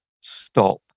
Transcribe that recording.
stop